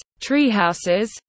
treehouses